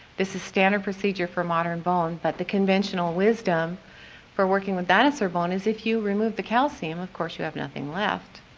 this is standard procedure for modern bone but the conventional wisdom for working with dinosaur bone is that if you remove the calcium of course you have nothing left.